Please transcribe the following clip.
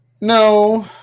No